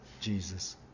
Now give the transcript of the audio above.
Jesus